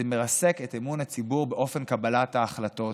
זה מרסק את אמון הציבור באופן קבלת ההחלטות.